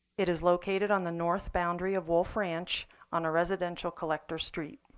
it is located on the north boundary of wolf ranch on a residential collector street.